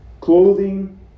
Clothing